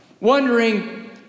wondering